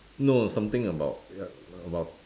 no something about about